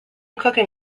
cooking